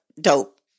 dope